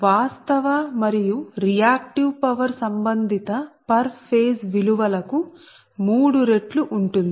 వాస్తవ మరియు reactive power సంబంధిత పర్ ఫేజ్ విలువకు మూడు రెట్లు ఉంటుంది